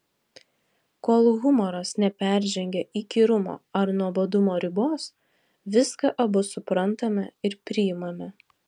kol humoras neperžengia įkyrumo ar nuobodumo ribos viską abu suprantame ir priimame